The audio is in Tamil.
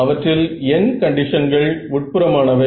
அவற்றில் n கண்டிஷன்கள் உட்புறம் ஆனவை